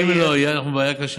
אם לא יהיה, אנחנו בבעיה קשה.